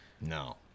no